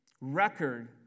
record